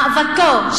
מאבקו,